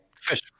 fish